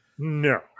No